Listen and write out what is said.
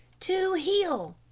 to heel!